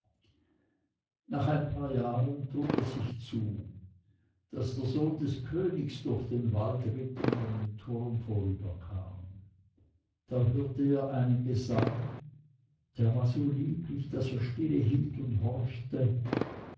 nach ein paar jahren trug es sich zu daß der sohn des königs durch den wald ritt und an dem turm vorüberkam da hörte er einen gesang der war so lieblich daß er still hielt und horchte